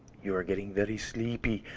you are getting very sleepy.